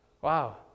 Wow